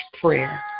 prayer